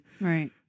Right